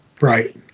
right